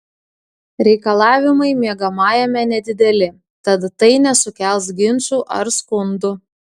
reikalavimai miegamajame nedideli tad tai nesukels ginčų ar skundų